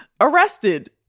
arrested